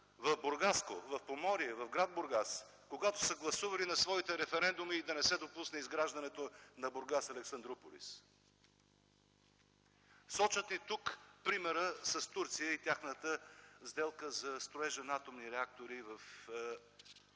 в Бургаско, в Поморие, в гр. Бургас, когато са гласували на своите референдуми да не се допусне изграждането на „Бургас – Александруполис”. Сочат и тук примера с Турция и тяхната сделка за строежа на атомни реактори в страната